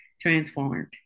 transformed